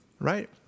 right